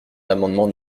l’amendement